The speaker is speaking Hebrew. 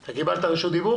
הכניסה,